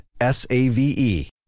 S-A-V-E